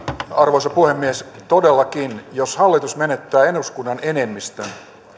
arvoisa puhemies todellakin jos hallitus menettää eduskunnan enemmistön